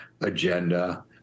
agenda